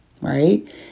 right